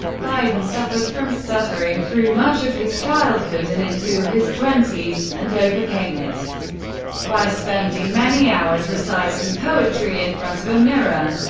biden suffered from stuttering through much of his childhood and into his twenties, and overcame it by spending many hours reciting poetry in front of a mirror.